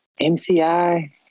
MCI